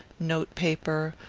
note-paper,